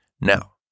Now